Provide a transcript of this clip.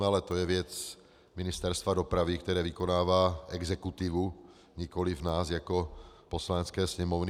Ale to je věc Ministerstva dopravy, které vykonává exekutivu, nikoliv nás jako Poslanecké sněmovny.